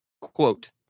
quote